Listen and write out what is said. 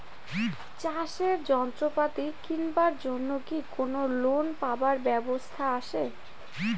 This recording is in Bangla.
চাষের যন্ত্রপাতি কিনিবার জন্য কি কোনো লোন পাবার ব্যবস্থা আসে?